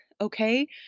Okay